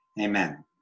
Amen